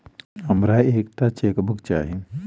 हमरा एक टा चेकबुक चाहि